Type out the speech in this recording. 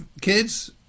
kids